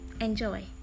Enjoy